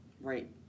right